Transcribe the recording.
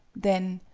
then